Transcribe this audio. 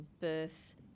birth